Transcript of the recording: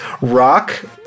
rock